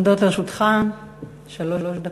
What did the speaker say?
עומדות לרשותך שלוש דקות.